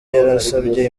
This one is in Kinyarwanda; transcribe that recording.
yarasabye